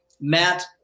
Matt